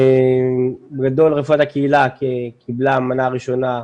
בגדול, רפואת הקהילה קיבלה מנה ראשונה,